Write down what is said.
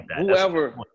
whoever-